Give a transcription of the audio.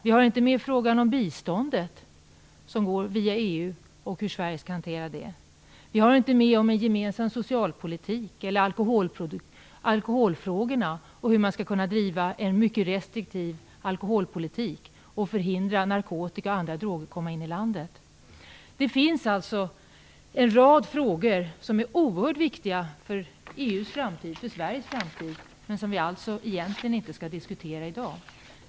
Vi har inte med frågan om biståndet som går via EU och hur Sverige skall hantera det. Vi har inte med en gemensam socialpolitik eller alkoholfrågorna, hur man skall kunna driva en mycket restriktiv alkoholpolitik och förhindra att narkotika och andra droger kommer in i landet. Det finns alltså en rad frågor som är oerhört viktiga för EU:s framtid och för Sveriges framtid som vi egentligen inte skall diskutera i dag.